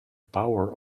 power